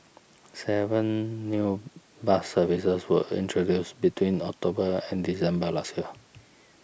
seven new bus services were introduced between October and December last year